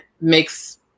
makes